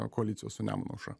na koalicijos su nemuno aušra